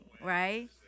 Right